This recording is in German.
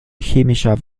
chemischer